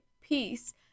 peace